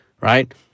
right